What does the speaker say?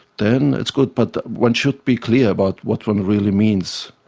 then it's good, but one should be clear about what one really means.